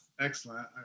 excellent